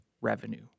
revenue